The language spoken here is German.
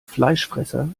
fleischfresser